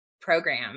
program